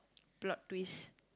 plot twist